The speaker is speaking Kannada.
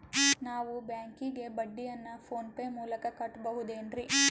ನಾವು ಬ್ಯಾಂಕಿಗೆ ಬಡ್ಡಿಯನ್ನು ಫೋನ್ ಪೇ ಮೂಲಕ ಕಟ್ಟಬಹುದೇನ್ರಿ?